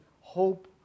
hope